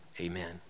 amen